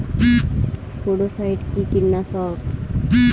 স্পোডোসাইট কি কীটনাশক?